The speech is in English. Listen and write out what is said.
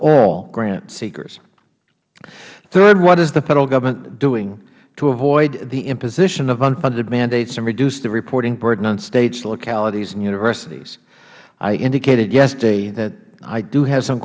all grant seekers third what is the federal government doing to avoid the imposition of unfunded mandates and to reduce the reporting burden on states localities and universities i indicated yesterday that i do have some